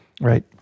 Right